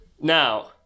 Now